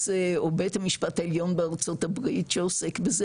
או בית המשפט העליון בארצות הברית שעוסק בזה,